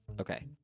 Okay